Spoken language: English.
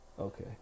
Okay